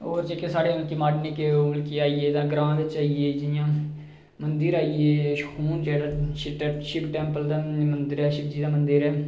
होर जेह्के साढ़े मतलब कि निक्के आई गे ग्रांऽ बिच आई गे जि'यां मंदिर आई गे सगून च शिव टैम्पल दा मंदिर ऐ शिवजी दा मंदिर ऐ